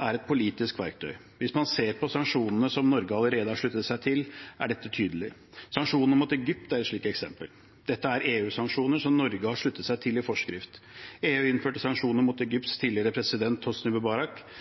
er et politisk verktøy. Hvis man ser på sanksjonene som Norge allerede har sluttet seg til, er dette tydelig. Sanksjonene mot Egypt er et slikt eksempel. Dette er EU-sanksjoner som Norge har sluttet seg til i forskrift. EU innførte sanksjoner mot